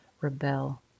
rebel